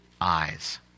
eyes